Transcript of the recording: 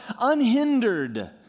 unhindered